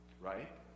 right